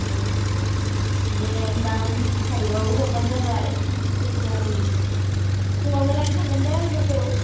औ दे होमब्ला उन्त्रिस थारिखआव हरब्लानो जाबाय फेब्रुवारि फुङावनो लायनो थांगोन दे जौखौ